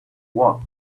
what